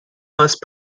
must